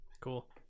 Cool